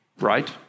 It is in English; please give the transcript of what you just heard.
right